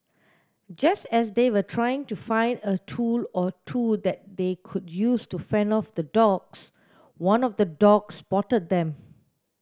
just as they were trying to find a tool or two that they could use to fend off the dogs one of the dogs spotted them